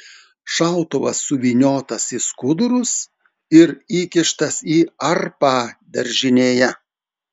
šautuvas suvyniotas į skudurus ir įkištas į arpą daržinėje